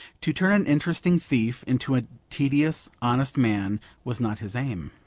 to turn an interesting thief into a tedious honest man was not his aim.